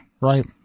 right